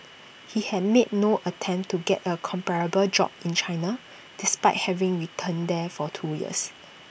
he had made no attempt to get A comparable job in China despite having returned there for two years